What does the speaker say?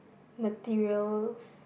materials